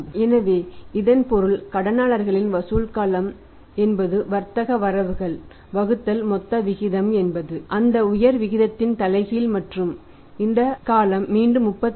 எனவே இதன் பொருள் கடனாளர்களின் வசூல் காலம் என்பது வர்த்தக வரவுகள் வகுத்தல் மொத்த விகிதம் என்பது அந்த உயர் விகிதத்தின் தலைகீழ் மற்றும் இந்த காலம் மீண்டும் 36